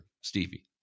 Stevie